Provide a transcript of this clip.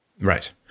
Right